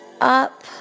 up